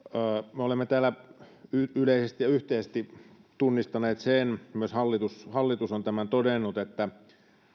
me olemme täällä yleisesti ja yhteisesti tunnistaneet sen myös hallitus hallitus on tämän todennut että